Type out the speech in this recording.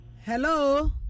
Hello